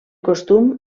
costum